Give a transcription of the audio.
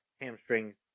hamstrings